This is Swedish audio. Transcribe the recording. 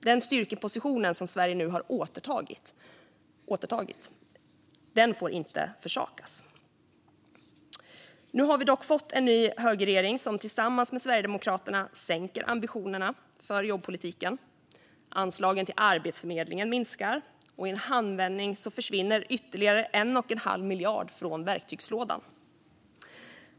Den styrkeposition som Sverige nu har återtagit får inte försakas. Nu har vi dock fått en ny högerregering, som tillsammans med Sverigedemokraterna sänker ambitionerna för jobbpolitiken. Anslagen till Arbetsförmedlingen minskar, och i en handvändning försvinner ytterligare 1 1⁄2 miljard från verktygslådan.